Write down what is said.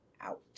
out